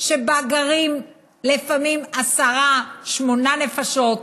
שבה גרים לפעמים עשר או שמונה נפשות,